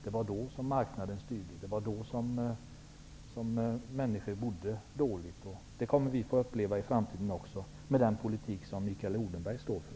Det var då som marknaden styrde. Det var då som människor bodde dåligt. Det kommer vi att få uppleva i framtiden också med den politik som Mikael Odenberg står för.